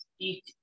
Eat